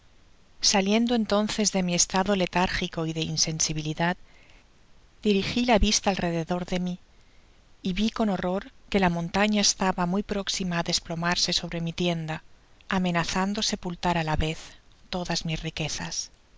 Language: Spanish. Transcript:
saliendo entonces de ni estado letárgico y de insensibilidad dirigi la vista alrededor de mi y vi con horror que la montaña estaba muy próxima á desplomarse sobre mi tienda amenazando sepultar á la vez todas mis riquezas